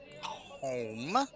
home